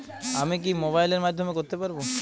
আমি কি মোবাইলের মাধ্যমে করতে পারব?